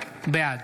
בעד